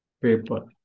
paper